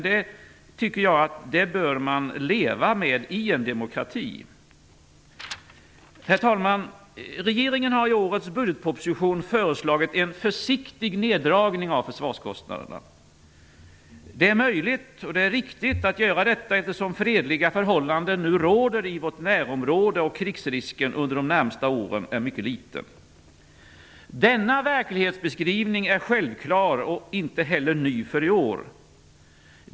Det tycker jag dock att man bör leva med i en demokrati. Herr talman! Regeringen har i årets budgetproposition föreslagit en försiktig neddragning av försvarskostnaderna. Det är möjligt och riktigt att göra detta, eftersom fredliga förhållanden nu råder i vårt närområde och krigsrisken för de närmaste åren är mycket liten. Denna verklighetsbeskrivning är självklar och inte heller ny för i år.